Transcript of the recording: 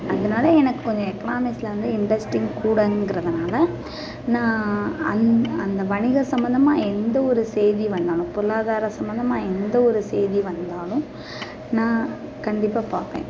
அதனால் எனக்கு கொஞ்சம் எக்கனாமிஸ்ல வந்து இன்ட்ரெஸ்டிங் கூடங்கிறதனால் நான் அந் அந்த வணிக சம்மந்தமாக எந்த ஒரு செய்தி வந்தாலும் பொருளாதார சம்மந்தமாக எந்த ஒரு செய்தி வந்தாலும் நான் கண்டிப்பாக பார்ப்பேன்